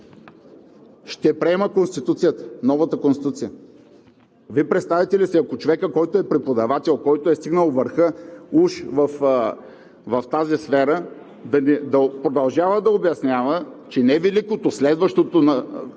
ще приема Конституцията – новата Конституция. Вие представяте ли си, ако човекът, който е преподавател, който е стигнал върха уж в тази сфера, да продължава да обяснява, че не Великото, а следващото